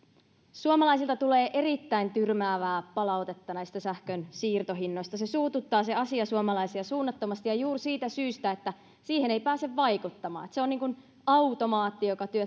suomalaisilta tulee erittäin tyrmäävää palautetta näistä sähkön siirtohinnoista se asia suututtaa suomalaisia suunnattomasti ja juuri siitä syystä että siihen ei pääse vaikuttamaan se on kuin automaatti joka